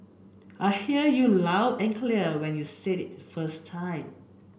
I hear you loud and clear when you said it first time